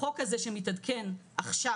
החוק הזה שמתעדכן עכשיו,